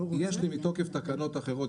מתוקף תקנות אחרות,